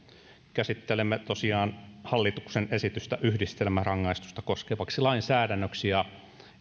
käsittelemme hallituksen esitystä yhdistelmärangaistusta koskevaksi lainsäädännöksi ja